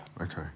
Okay